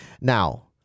Now